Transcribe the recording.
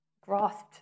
grasped